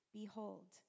Behold